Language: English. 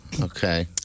Okay